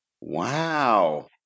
Wow